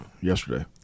Yesterday